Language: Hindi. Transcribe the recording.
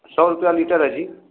सौ रुपया लीटर है जी